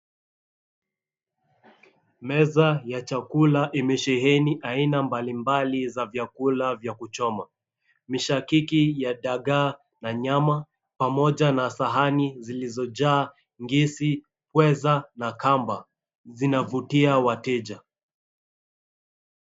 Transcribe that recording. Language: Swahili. Meza ya chakula imesheheni aina mbalimbali za vyakula vya kuchoma. Mishakiki ya dagaa na nyama, pamoja na sahani zilizojaa ngisi, pweza na kamba. Zinavutia wateja.